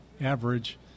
average